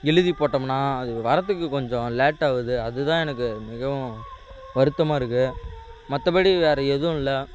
எழுதி போட்டோம்னா அது வரதுக்கு கொஞ்சம் லேட்டாகுது அது தான் எனக்கு மிகவும் வருத்தமாக இருக்குது மற்றபடி வேறு எதுவும் இல்லை